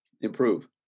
improve